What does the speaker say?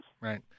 Right